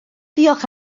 diolch